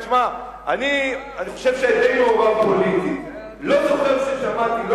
אני חושב שאני די מעורב פוליטית ואני לא זוכר ששמעתי,